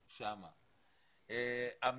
אנשים.